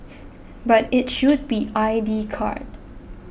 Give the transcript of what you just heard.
but it should be I D card